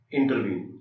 intervene